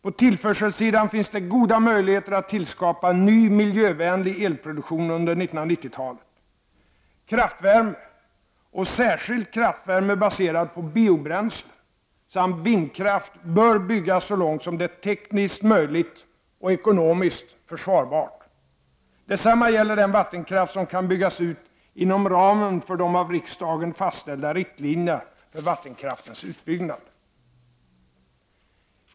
På tillförselsidan finns det goda möjligheter att tillskapa ny miljövänlig elproduktion under 1990-talet. Kraftvärme — särskilt kraftvärme baserad på biobränslen — samt vindkraft bör byggas ut så långt som det är tekniskt möjligt och ekonomiskt försvarbart. Detsamma gäller den vattenkraft som kan byggas ut inom ramen för de av riksdagen fastställda riktlinjerna för vattenkraftens utbyggnad.